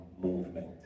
movement